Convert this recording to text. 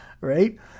right